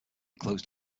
closed